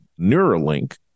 Neuralink